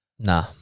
Nah